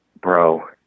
bro